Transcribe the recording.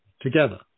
together